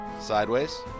sideways